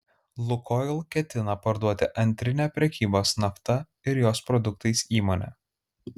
lukoil ketina parduoti antrinę prekybos nafta ir jos produktais įmonę